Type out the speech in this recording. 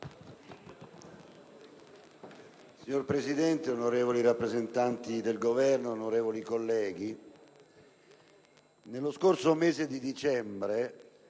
Signora Presidente, onorevoli rappresentanti del Governo, onorevoli colleghi, nello scorso mese di dicembre,